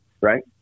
right